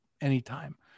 anytime